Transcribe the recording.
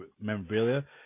memorabilia